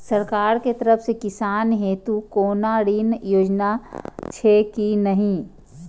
सरकार के तरफ से किसान हेतू कोना ऋण योजना छै कि नहिं?